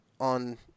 on